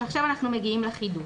עכשיו אנחנו מגיעים לחידוש.